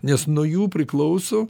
nes nuo jų priklauso